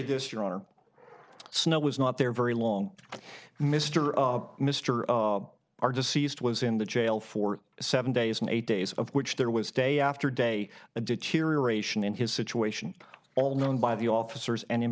this your honor snow was not there very long mr mr are deceased was in the jail for seven days and eight days of which there was day after day a deterioration in his situation all known by the officers and in